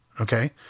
Okay